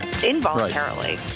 involuntarily